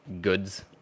goods